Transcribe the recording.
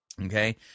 Okay